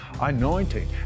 anointing